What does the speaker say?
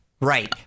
Right